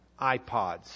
ipods